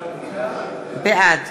בעד